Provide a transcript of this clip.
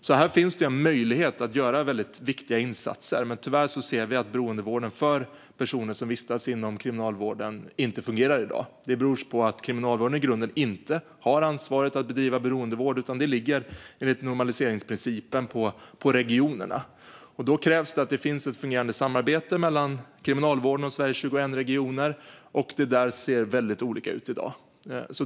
Det finns en möjlighet att göra viktiga insatser här, men tyvärr ser vi att beroendevården för personer som vistas inom kriminalvården inte fungerar i dag. Detta beror på att Kriminalvården i grunden inte har ansvaret för att bedriva beroendevård, utan det ligger enligt normaliseringsprincipen på regionerna. Då krävs att det finns ett fungerande samarbete mellan Kriminalvården och Sveriges 21 regioner, men där ser det väldigt olika ut i dag.